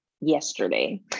yesterday